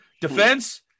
Defense